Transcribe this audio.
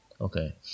Okay